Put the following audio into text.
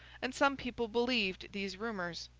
and some people believed these rumours,